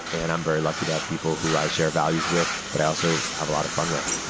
and i'm very lucky to have people who i share values with, but i also have a lot of fun with.